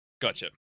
Gotcha